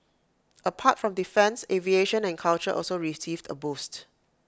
apart from defence aviation and culture also received A boost